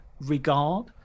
regard